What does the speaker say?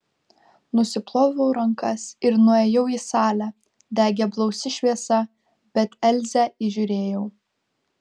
nusiploviau rankas ir nuėjau į salę degė blausi šviesa bet elzę įžiūrėjau